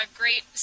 great